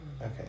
Okay